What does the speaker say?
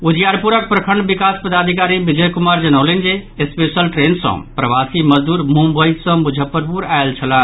उजियारपुरक प्रखंड विकास पदाधिकारी विजय कुमार जनौलनि जे स्पेशल ट्रेन सँ प्रवासी मजदूर मुम्बई सँ मुजफ्फरपुर आयल छलाह